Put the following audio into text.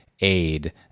aid